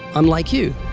unlike you,